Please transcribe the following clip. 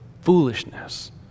foolishness